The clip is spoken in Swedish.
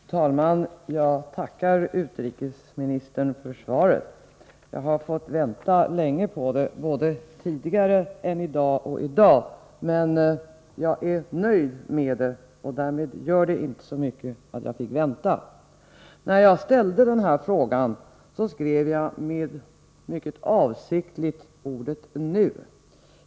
Herr talman! Jag tackar utrikesministern för svaret. Jag har fått vänta länge på det — både tidigare och i dag. Men jag är nöjd med det, och därmed gör det inte så mycket att jag fick vänta. När jag ställde den här frågan, skrev jag mycket avsiktligt ordet nu.